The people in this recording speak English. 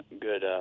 good, –